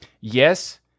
yes